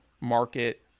market